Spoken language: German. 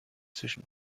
zwischen